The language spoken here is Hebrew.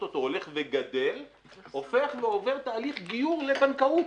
אותו הולך וגדל עובר תהליך גיור לבנקאות.